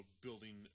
building